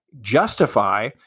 justify